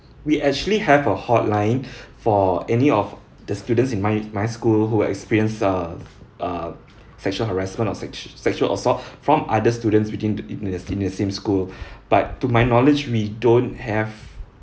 we actually have a hotline for any of the students in my my school who are experienced uh uh sexual harassment or sex sexual assault from other students within the in the in the same school but to my knowledge we don't have